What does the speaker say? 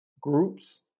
groups